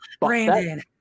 Brandon